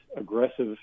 aggressive